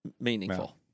meaningful